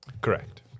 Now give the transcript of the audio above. Correct